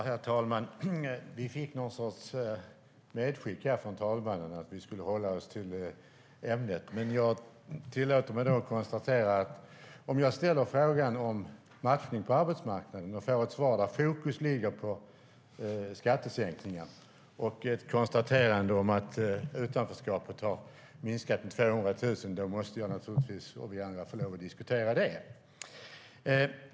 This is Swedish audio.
Herr talman! Vi fick någon sorts medskick från talmannen att vi skulle hålla oss till ämnet. Men om jag ställer en fråga om matchningen på arbetsmarknaden och får ett svar där fokus ligger på skattesänkningar och ett konstaterande om att utanförskapet har minskat med 200 000 måste naturligtvis jag och vi andra få lov att diskutera det.